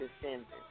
descendants